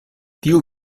tiu